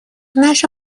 наше